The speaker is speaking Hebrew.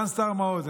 סגן השר מעוז,